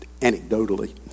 anecdotally